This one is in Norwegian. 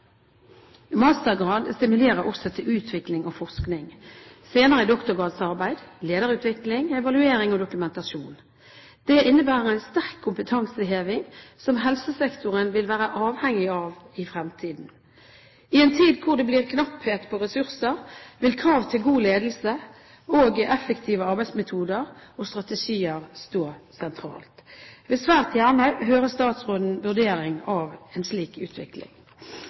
stimulerer også til utvikling og forskning, senere doktorgradsarbeid, lederutvikling, evaluering og dokumentasjon. Det innebærer en sterk kompetanseheving som helsesektoren vil være avhengig av i fremtiden. I en tid hvor det blir knapphet på ressurser, vil krav til god ledelse og effektive arbeidsmetoder og strategier stå sentralt. Jeg vil svært gjerne høre statsrådens vurdering av en slik utvikling.